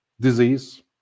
disease